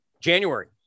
january